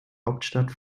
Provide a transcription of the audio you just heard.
hauptstadt